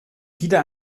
wieder